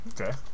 okay